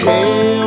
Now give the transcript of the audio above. Hey